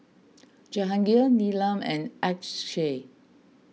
Jahangir Neelam and Akshay